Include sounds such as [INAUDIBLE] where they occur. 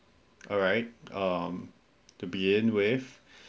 alright um to begin with [BREATH]